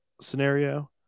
scenario